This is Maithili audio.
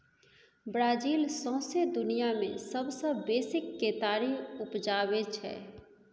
ब्राजील सौंसे दुनियाँ मे सबसँ बेसी केतारी उपजाबै छै